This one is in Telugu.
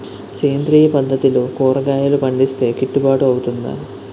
సేంద్రీయ పద్దతిలో కూరగాయలు పండిస్తే కిట్టుబాటు అవుతుందా?